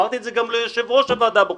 אמרתי את זה גם ליושב-ראש הוועדה הבוחנת,